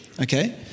okay